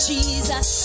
Jesus